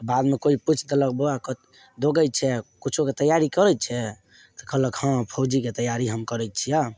बादमे कोइ पूछि देलक बौआ क दौगय छै कुछोके तैयारी करय छै तऽ कहलक हँ फौजीके तैयारी हम करय छियै